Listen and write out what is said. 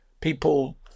people